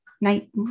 Night